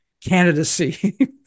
candidacy